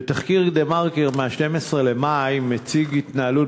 תחקיר "דה-מרקר" מ-12 במאי מציג התנהלות